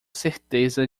certeza